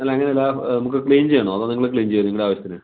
അല്ല അങ്ങനല്ല നമുക്ക് ക്ലീൻ ചെയ്യണോ അതോ നിങ്ങൾ ക്ലീൻ ചെയ്ത വോ നിങ്ങളുടെ ആവശ്യത്തിന്